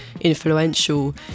influential